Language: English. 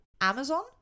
amazon